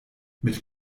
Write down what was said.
mit